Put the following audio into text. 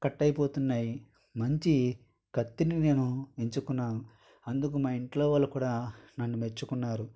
cut అయిపోతున్నాయి మంచి కత్తిని నేను ఎంచుకున్నాను అందుకు మా ఇంట్లో వాళ్ళు కూడా నన్ను మెచ్ఛుకున్నారు